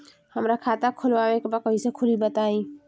हमरा खाता खोलवावे के बा कइसे खुली बताईं?